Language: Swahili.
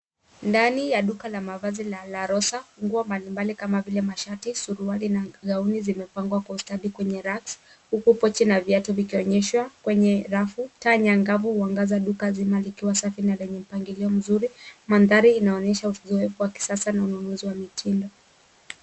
Ndani ya duka la mavazi ya larosa, nguo mbalimbali kama vile mashati, suruali na gauni zimepangwa kwa ustadi kwenye racks huku pochi na viatu vikionyeshwa kwenye rafu. Taa ni angavu na huangaza duka nzima likiwa safi na lenye mpangilio mzuri. Mandhari inaonyesha uzoefu wa kisasa na ununuzi wa mitindo.